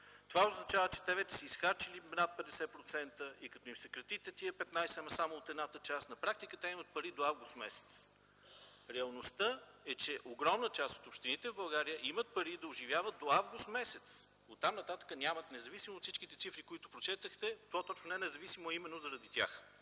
Това означава, че те вече са изхарчили над 50% и като им съкратите тези 15% само от едната част, на практика те имат пари до м. август. Реалността е, че огромна част от общините в България имат пари да оживяват до м. август. Оттам-нататък нямат – независимо от всичките цифри, които прочетохте, по-точно не независимо, а именно заради тях.